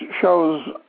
shows